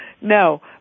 No